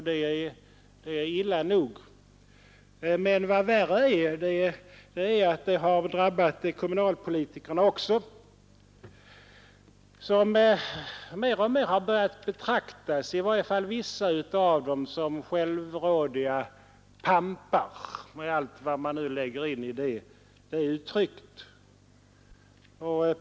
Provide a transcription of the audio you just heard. Det är illa nog, men vad som är värre är att detta också har drabbat kommunalpolitikerna, som mer och mer har börjat betraktas — i varje fall vissa av dem — som självrådiga pampar, med allt vad man nu lägger in i detta uttryck.